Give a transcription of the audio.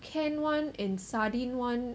can one and sardine one